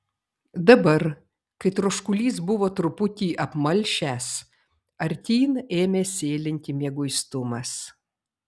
dabar kai troškulys buvo truputį apmalšęs artyn ėmė sėlinti mieguistumas